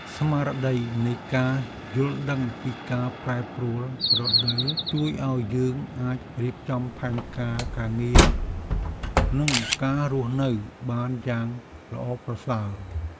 ស្មារតីនៃការយល់ដឹងពីការប្រែប្រួលរដូវជួយឱ្យយើងអាចរៀបចំផែនការការងារ និងការរស់នៅបានយ៉ាងល្អប្រសើរ។